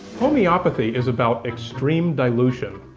homeopathy is about extreme dilution.